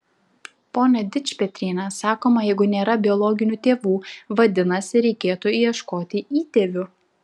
pone dičpetriene sakoma jeigu nėra biologinių tėvų vadinasi reikėtų ieškoti įtėvių